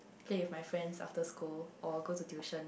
play with my friends after school or go to tuition